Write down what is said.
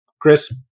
Chris